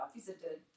visited